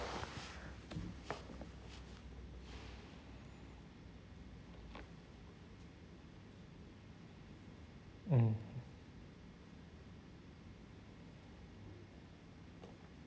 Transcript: mm